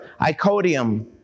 Icodium